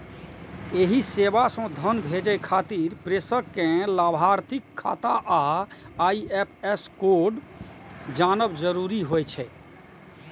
एहि सेवा सं धन भेजै खातिर प्रेषक कें लाभार्थीक खाता आ आई.एफ.एस कोड जानब जरूरी होइ छै